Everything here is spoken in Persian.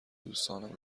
دوستانم